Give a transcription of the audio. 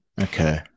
Okay